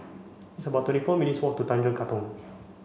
it's about twenty four minutes' walk to Tanjong Katong